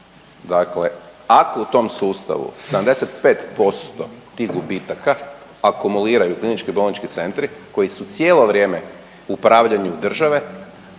dakle ako u tom sustavu 75% tih gubitaka akumuliraju KBC-i koji su cijelo vrijeme u upravljanju države,